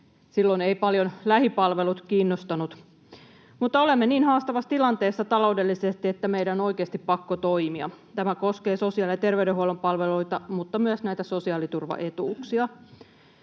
Silloin eivät paljon lähipalvelut kiinnostaneet, mutta olemme niin haastavassa tilanteessa taloudellisesti, että meidän on oikeasti pakko toimia. Tämä koskee sosiaali- ja terveydenhuollon palveluita mutta myös näitä sosiaaliturvaetuuksia.